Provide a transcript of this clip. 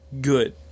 good